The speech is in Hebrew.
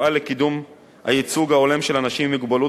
יפעל לקידום הייצוג ההולם של אנשים עם מוגבלות